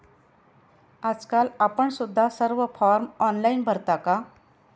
आजकाल आपण सुद्धा सर्व फॉर्म ऑनलाइन भरता का?